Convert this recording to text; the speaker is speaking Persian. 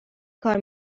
کار